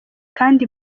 kandi